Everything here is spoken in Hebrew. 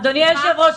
אדוני היושב-ראש,